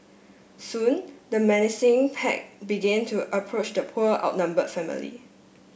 soon the menacing pack began to approach the poor outnumbered family